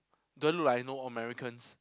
do I look like I know all Americans